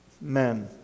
men